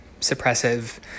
suppressive